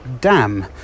Dam